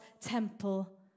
temple